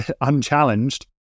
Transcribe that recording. unchallenged